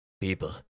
people